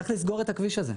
צריך לסגור את הכביש הזה.